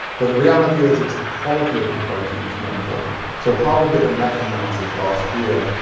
but the reality is it's the quality of the protein that's more important. so harvard did a meta-analysis last year,